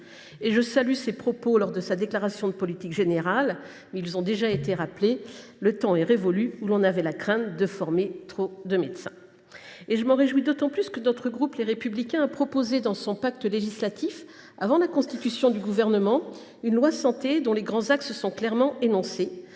Et je salue les propos qu’il a tenus lors de sa déclaration de politique générale, qui ont déjà été rappelés :« Le temps est révolu où l’on avait la crainte de former trop de médecins. » Je m’en réjouis d’autant plus que le groupe Les Républicains a proposé dans son pacte législatif, avant la constitution du Gouvernement, une loi santé dont les grands axes sont clairement énoncés.